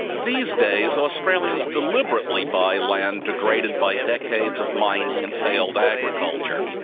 these days australians deliberately buy land degraded by decades of mining and failed agriculture.